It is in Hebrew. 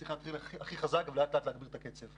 צריך להתחיל הכי חזק ולאט-לאט להגביר את הקצב.